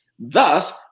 Thus